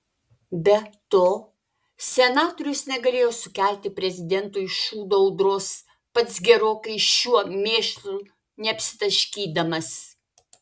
be to senatorius negalėjo sukelti prezidentui šūdo audros pats gerokai šiuo mėšlu neapsitaškydamas